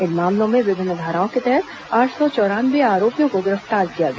इन मामलों में विभिन्न धाराओं के तहत आठ सौ चौरानवे आरोपियों को गिरफ्तार किया गया